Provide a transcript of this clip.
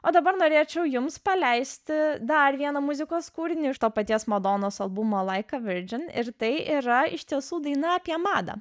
o dabar norėčiau jums paleisti dar vieną muzikos kūrinį iš to paties madonos albumo like a vergin ir tai yra iš tiesų daina apie madą